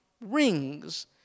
rings